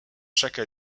chaque